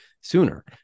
sooner